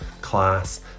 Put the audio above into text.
class